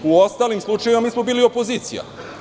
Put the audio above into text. U ostalim slučajevima mi smo bili opozicija.